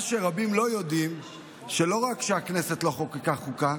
מה שרבים לא יודעים הוא שלא רק שהכנסת לא חוקקה חוקה,